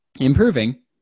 Improving